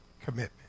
commitment